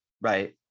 Right